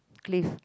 cliff